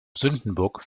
sündenbock